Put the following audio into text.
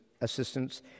assistance